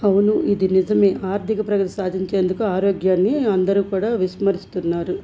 అవును ఇది నిజమే ఆర్థిక ప్రగతి సాధించేందుకు ఆరోగ్యాన్ని అందరూ కూడా విస్మరిస్తున్నారు